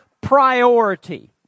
priority